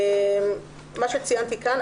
מה שציינתי כאן,